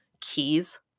keys